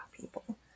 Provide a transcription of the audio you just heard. people